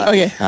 Okay